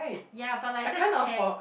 ya but like that's pear